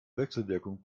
wechselwirkung